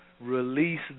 Release